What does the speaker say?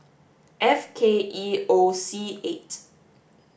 F K E O C eight